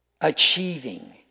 achieving